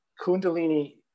Kundalini